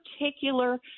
particular